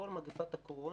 כל מגפת הקורונה